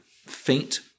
faint